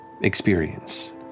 experience